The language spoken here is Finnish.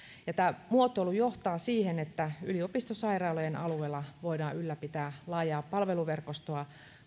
tämä muotoilu johtaa siihen että yliopistosairaaloiden alueella voidaan ylläpitää laajaa palveluverkostoa